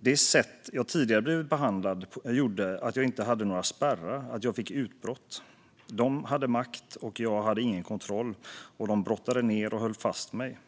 Det sätt jag tidigare blivit behandlad gjorde att jag inte hade några spärrar, att jag fick utbrott. De hade makt och jag hade ingen kontroll, och de brottade ner och höll fast mig.